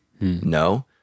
No